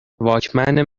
واکمن